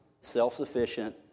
self-sufficient